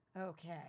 Okay